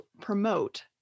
promote